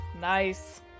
Nice